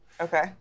Okay